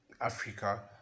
africa